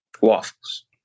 Waffles